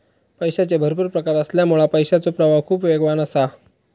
पैशाचे भरपुर प्रकार असल्यामुळा पैशाचो प्रवाह खूप वेगवान असा